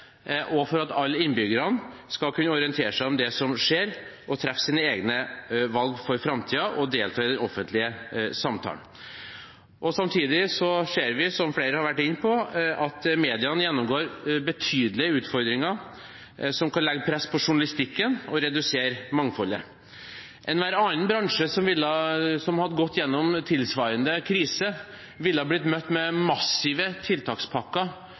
og for at alle innbyggerne skal kunne orientere seg om det som skjer, treffe sine egne valg for framtida og delta i den offentlige samtalen. Samtidig ser vi, som flere har vært inne på, at mediene gjennomgår betydelige utfordringer, som kan legge press på journalistikken og redusere mangfoldet. Enhver annen bransje som hadde gått gjennom tilsvarende krise, ville blitt møtt med massive tiltakspakker